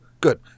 Good